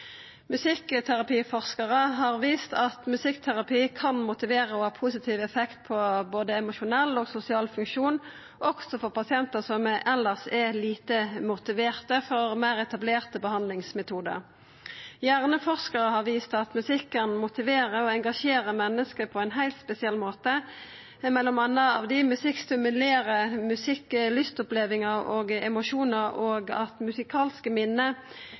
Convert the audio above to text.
Musikkterapiforskarar har vist at musikkterapi kan motivera og ha positiv effekt på både emosjonell og sosial funksjon, også for pasientar som elles er lite motiverte for meir etablerte behandlingsmetodar. Hjerneforskarar har vist at musikken motiverer og engasjerer menneske på ein heilt spesiell måte, m.a. av di musikk stimulerer lystopplevingar og emosjonar, og at musikalske minne